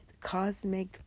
cosmic